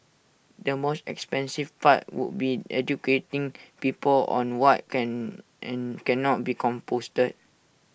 the most expensive part would be educating people on what can and cannot be composted